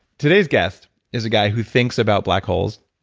today's guest is a guy who thinks about black holes,